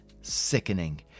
sickening